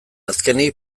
azkenik